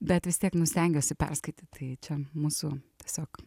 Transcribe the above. bet vis tiek nu stengiuosi perskaityt tai čia mūsų tiesiog